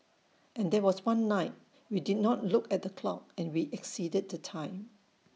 and there was one night we did not look at the clock and we exceeded the time